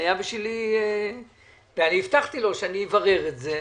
אני הבטחתי לו שאני אברר את זה.